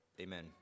Amen